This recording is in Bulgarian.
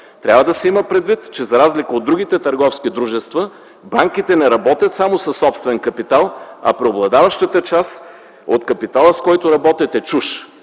Трябва да се има предвид, че за разлика от другите търговски дружества, банките не работят само със собствен капитал, а преобладаващата част от капитала, с който работят, е чужд